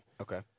Okay